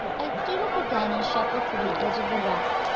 i stood up again and shuffled to the edge of the wreck.